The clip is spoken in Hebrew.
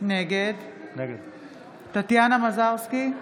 נגד טטיאנה מזרסקי,